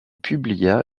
publia